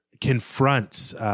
confronts